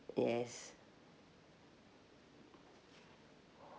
yes